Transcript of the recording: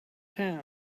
town